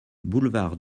boulevard